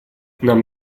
нам